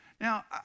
Now